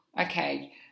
Okay